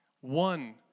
one